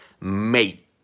Mate